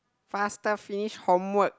faster finish homework